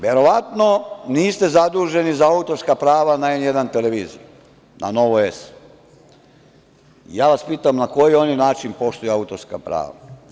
Verovatno niste zaduženi za autorska prava na N1 televiziji, na Novoj S. Ja vas pitam – na koji oni način poštuju autorska prava?